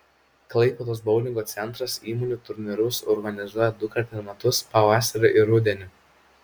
klaipėdos boulingo centras įmonių turnyrus organizuoja dukart per metus pavasarį ir rudenį